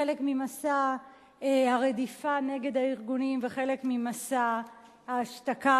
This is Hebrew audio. חלק ממסע הרדיפה נגד הארגונים וחלק ממסע ההשתקה